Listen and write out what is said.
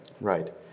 Right